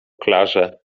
klarze